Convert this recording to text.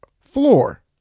floor